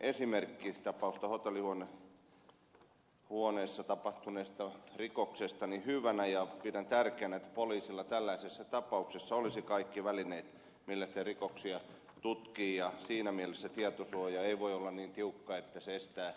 zyskowiczin esimerkkitapausta hotellihuoneessa tapahtuneesta rikoksesta hyvänä ja pidän tärkeänä että poliisilla tällaisessa tapauksessa olisi kaikki välineet millä se rikoksia tutkii ja siinä mielessä tietosuoja ei voi olla niin tiukka että se estää